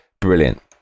brilliant